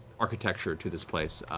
architecture to this place,